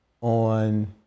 on